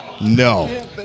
No